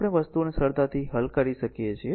તો જ આપણે વસ્તુઓને સરળતાથી હલ કરી શકીએ